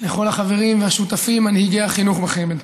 לכל החברים והשותפים, מנהיגי החינוך בחמ"ד.